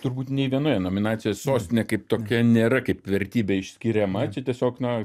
turbūt nei vienoje nominacijoj sostinė kaip tokia nėra kaip vertybė išskiriama čia tiesiog na